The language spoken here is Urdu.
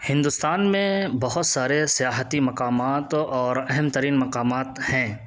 ہندوستان میں بہت سارے سیاحتی مقامات اور اہم ترین مقامات ہیں